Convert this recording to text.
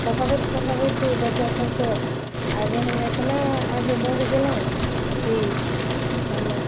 पढ़बैत पढ़बैत बच्चा सबके आगे हम इतना आगे बढ़ गेलहुँ की हम